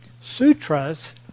Sutras